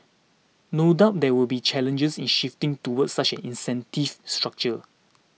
no doubt there will be challenges in shifting towards such an incentive structure